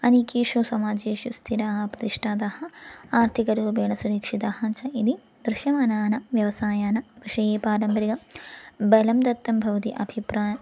अनेकेषु समाजेषु स्थिराः प्रतिष्ठातः आर्थिकरूपेण सुरिक्षिताः च इति दृश्यमाना व्यवसाय विषये पारम्परिक बलं दत्तं भवति अभिप्रायः